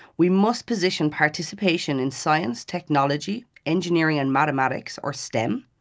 we must position participation in science, technology, engineering and mathematics, or stem,